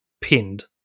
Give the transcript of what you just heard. pinned